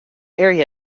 area